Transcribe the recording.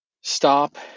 stop